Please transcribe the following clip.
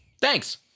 Thanks